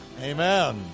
amen